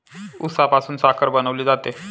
उसापासून साखर बनवली जाते